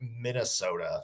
Minnesota